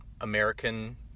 American